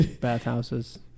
Bathhouses